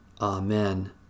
Amen